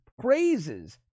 praises